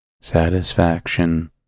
satisfaction